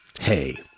Hey